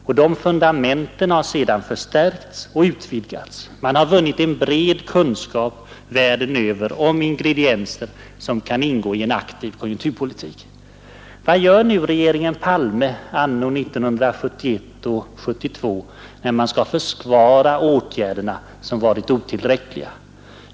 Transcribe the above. Dessa fundament har sedan förstärkts och utvidgats. Man har vunnit en bred kunskap världen över om de ingredienser som kan ingå i en aktiv konjunkturpolitik. Vad gör nu regeringen Palme år 1971 och 1972 när den skall försvara de åtgärder som varit otillräckliga?